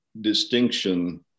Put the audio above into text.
distinction